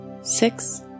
six